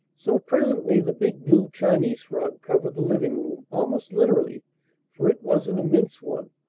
so presently the big blue chinese rug covered the living-room, almost literally for it was an immense one,